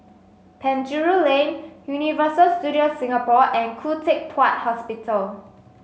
Penjuru Lane Universal Studios Singapore and Khoo Teck Puat Hospital